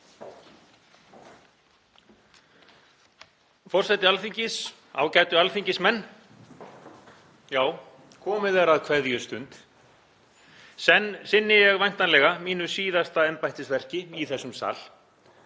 Forseti Alþingis. Ágætu alþingismenn. Komið er að kveðjustund. Senn sinni ég væntanlega mínu síðasta embættisverki í þessum sal.